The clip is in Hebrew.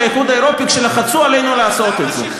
האיחוד האירופי כשלחצו עלינו לעשות את זה.